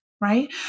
right